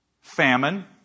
famine